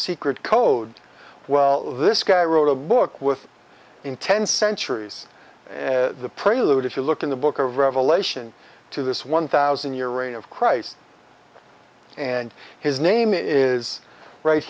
secret code well this guy wrote a book with in ten centuries the prelude if you look in the book of revelation to this one thousand year reign of christ and his name is right